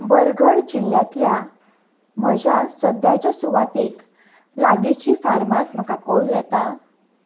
बरगढ जिल्ल्यांतल्या म्हज्या सद्याच्या सुवातेक लागींची फार्मास म्हाका कळूं येता